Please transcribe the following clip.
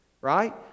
right